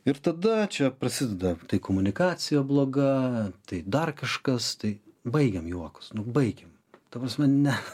ir tada čia prasideda tai komunikacija bloga tai dar kažkas tai baigiam juokus baikim ta prasme ne